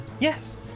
Yes